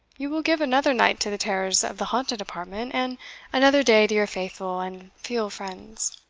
you will give another night to the terrors of the haunted apartment, and another day to your faithful and feal friends.